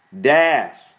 Dash